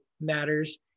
matters